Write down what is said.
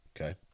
Okay